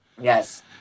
Yes